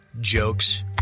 jokes